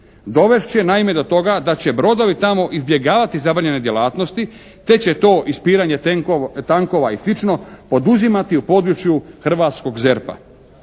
Dovest će naime do toga da će brodovi tamo izbjegavati zabranjene djelatnosti te će to ispiranje tankova i slično oduzimati u području hrvatskog ZERP-a.